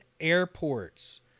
airports